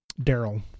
Daryl